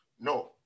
No